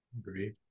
Agreed